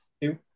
Two